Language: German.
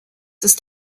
ist